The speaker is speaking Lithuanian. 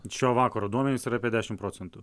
šio vakaro duomenys yra apie dešimt procentų